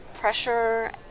pressure